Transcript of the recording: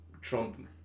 trump